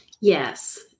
Yes